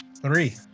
three